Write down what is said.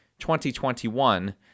2021